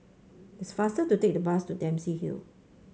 it's faster to take the bus to Dempsey Hill